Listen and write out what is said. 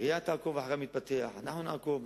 העירייה תעקוב אחרי המתפתח, וגם אנחנו נעקוב.